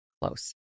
close